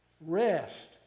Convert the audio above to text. Rest